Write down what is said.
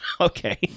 Okay